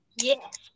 Yes